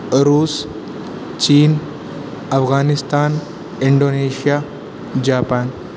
روس چین Afghanistan Indonesia Japan